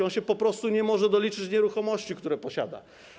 On po prostu nie może doliczyć się nieruchomości, które posiada.